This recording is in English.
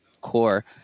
core